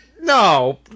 No